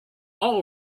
all